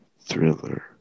thriller